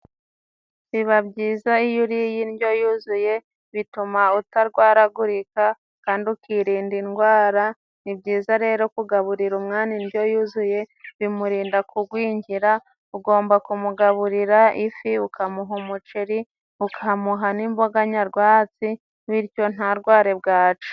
Biba byiza iyo uriye indyo yuzuye bituma utarwaragurika kandi ukirinda indwara ni byiza rero kugaburira umwana indyo yuzuye bimurinda kugwingira ugomba kumugaburira ifi, ukamuha umuceri, ukamuha n'imboga nyarwatsi bityo ntarware bwace.